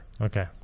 Okay